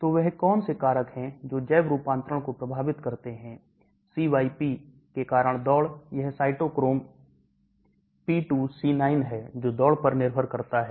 तो वह कौन से कारक हैं जो जैव रूपांतरण को प्रभावित करते हैं CYP के कारण दौड़ यह cytochrome P2C9 है जो दौड़ पर निर्भर करता है